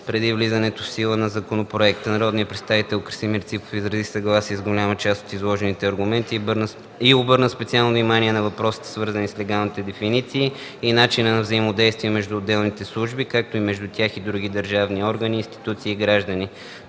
преди влизането в сила на законопроекта. Народният представител Красимир Ципов изрази съгласие с голяма част от изложените аргументи и обърна специално внимание на въпросите, свързани с легалните дефиниции и начина на взаимодействие между отделните служби, както и между тях и други държавни органи, институции и граждани.